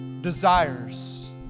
desires